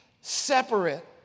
separate